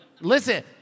Listen